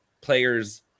players